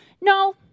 No